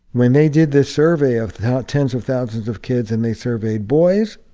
when they did this survey of tens of thousands of kids and they surveyed boys,